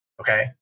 Okay